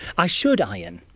ah should iron,